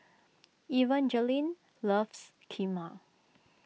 Evangeline loves Kheema